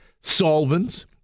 solvents